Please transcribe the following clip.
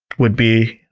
would be,